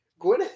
gwyneth